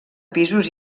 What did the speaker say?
pisos